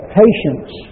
patience